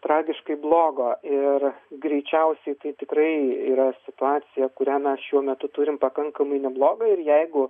tragiškai blogo ir greičiausiai tai tikrai yra situacija kurią mes šiuo metu turim pakankamai neblogą ir jeigu